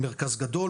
מרכז גדול,